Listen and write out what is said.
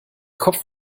kopf